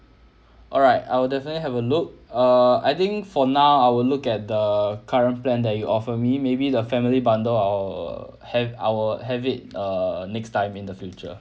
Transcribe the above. alright I will definitely have a look err I think for now I will look at the current plan that you offer me maybe the family bundle I'll have I will have it err next time in the future